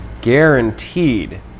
guaranteed